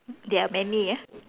there are many ah